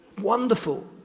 Wonderful